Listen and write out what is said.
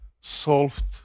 solved